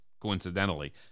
Coincidentally